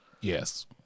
Yes